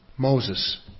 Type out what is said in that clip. Moses